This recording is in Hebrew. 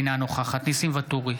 אינה נוכחת ניסים ואטורי,